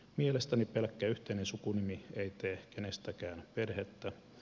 mielestäni pelkkä yhteinen sukunimi ei tee kenestäkään perhettä